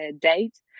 date